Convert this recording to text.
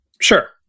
Sure